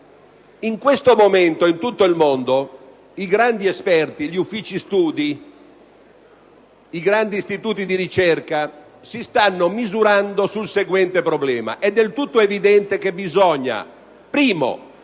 In questo momento, in tutto il mondo, i grandi esperti, gli uffici studi, i grandi istituti di ricerca si stanno misurando sul seguente problema: è del tutto evidente che occorre,